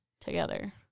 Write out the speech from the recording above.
together